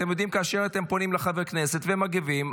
אתם יודעים שכאשר אתם פונים לחברי כנסת והם מגיבים,